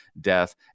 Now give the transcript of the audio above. death